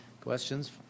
Questions